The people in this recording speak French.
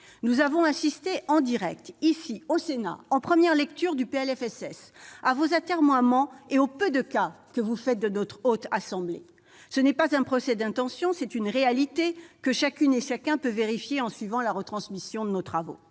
Nous avons assisté en direct, ici, au Sénat, en première lecture du PLFSS, à vos atermoiements et au peu de cas que vous faites de notre Haute Assemblée. Ce n'est pas un procès d'intention, c'est une réalité que chacune et chacun peut vérifier en suivant la retransmission de nos travaux.